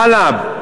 חאלב,